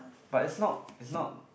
but is not is not